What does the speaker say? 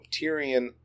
Tyrion